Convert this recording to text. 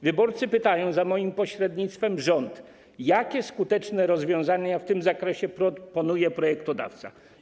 Wyborcy pytają za moim pośrednictwem rząd, jakie skuteczne rozwiązania w tym zakresie proponuje projektodawca.